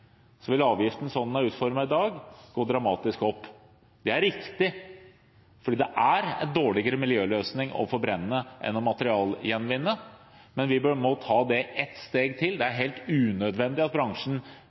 vil avgiften sånn den er utformet i dag, gå dramatisk opp. Det er riktig, fordi det er en dårligere miljøløsning å forbrenne enn å materialgjenvinne, men vi bør nå ta det et steg til. Det